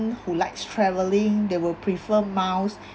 who likes travelling they will prefer miles